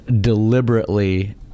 deliberately